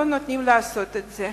לא נותנים לעשות את זה.